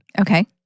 Okay